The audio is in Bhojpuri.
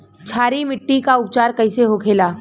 क्षारीय मिट्टी का उपचार कैसे होखे ला?